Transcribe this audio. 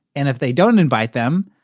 and if they don't invite them,